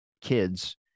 kids